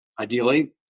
ideally